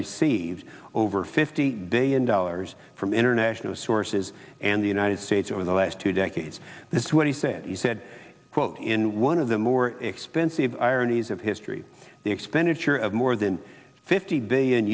received over fifty billion dollars from international sources and the united states over the last two decades this is what he said he said quote in one of the more expensive ironies of history the expenditure of more than fifty billion